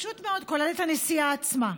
כולל את הנשיאה עצמה.